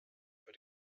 für